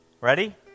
Ready